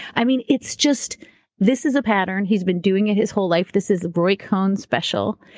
i mean, it's just this is a pattern. he's been doing it his whole life. this is a roy cohn special,